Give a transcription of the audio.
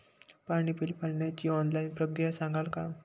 पाणी बिल भरण्याची ऑनलाईन प्रक्रिया सांगाल का?